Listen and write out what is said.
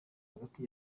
hagati